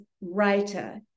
writer